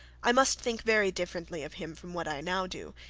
i must think very differently of him from what i now do,